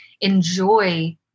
enjoy